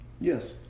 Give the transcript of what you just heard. Yes